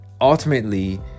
ultimately